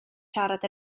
siarad